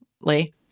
Lee